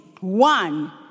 One